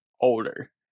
older